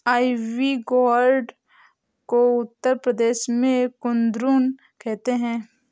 ivy gourd को उत्तर प्रदेश में कुद्रुन कहते हैं